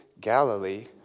Galilee